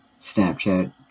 Snapchat